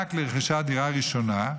מענק לרכישת דירה ראשונה,